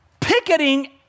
picketing